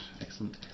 excellent